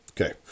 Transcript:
okay